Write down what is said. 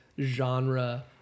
genre